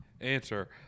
Answer